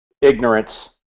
ignorance